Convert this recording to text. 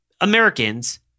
Americans